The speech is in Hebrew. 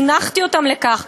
חינכתי אותם לכך,